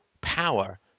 power